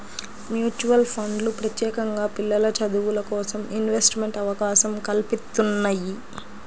mutual ఫండ్లు ప్రత్యేకంగా పిల్లల చదువులకోసం ఇన్వెస్ట్మెంట్ అవకాశం కల్పిత్తున్నయ్యి